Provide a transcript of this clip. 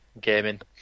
gaming